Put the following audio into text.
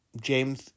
James